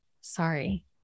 Sorry